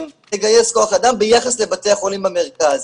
לגייס כוח אדם ביחס לבתי החולים במרכז,